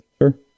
Sure